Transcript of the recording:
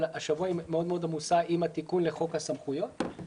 השבוע היא מאוד עמוסה עם התיקון לחוק הסמכויות,